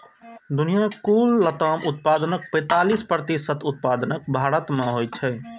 दुनियाक कुल लताम उत्पादनक पैंतालीस प्रतिशत उत्पादन भारत मे होइ छै